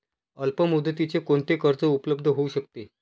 अल्पमुदतीचे कोणते कर्ज उपलब्ध होऊ शकते?